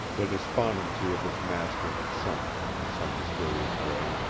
the despondency of his master had sunk, in some mysterious way,